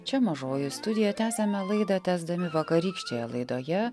čia mažoji studija tęsiame laidą tęsdami vakarykštėje laidoje